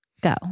Go